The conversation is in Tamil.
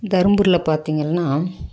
தர்மபுரியில் பார்த்தீங்கள்னா